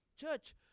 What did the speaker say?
Church